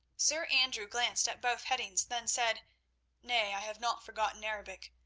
sir andrew glanced at both headings, then said nay, i have not forgotten arabic,